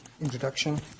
introduction